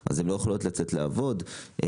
סבסוד והשתתפות בהוצאות משק הבית,